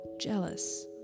jealous